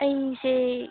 ꯑꯩꯁꯦ